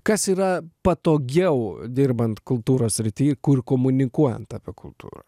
kas yra patogiau dirbant kultūros srity kur komunikuojant apie kultūrą